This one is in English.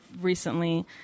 recently